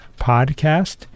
podcast